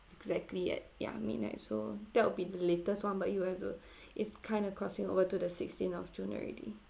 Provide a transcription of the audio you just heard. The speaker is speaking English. exactly at ya midnight so that would be the latest [one] but you have to it's kind of crossing over to the sixteen of june already